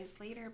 later